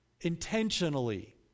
intentionally